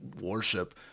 worship